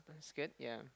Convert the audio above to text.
skirt yea